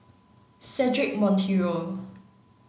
Cedric Monteiro